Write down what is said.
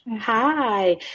Hi